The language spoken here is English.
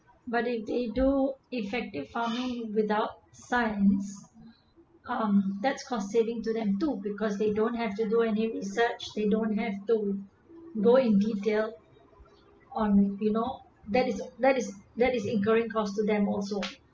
but if they do effective farming without science um that's cause sailing to them too because they don't have to do any research they don't have to go in detail on you know that is that is that is a encouraging cause to them also